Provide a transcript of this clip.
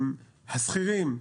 השכירים,